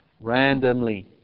randomly